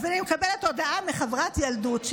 אז אני מקבלת הודעה מחברת ילדות,